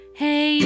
hey